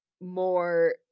more